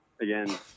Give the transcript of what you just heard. Again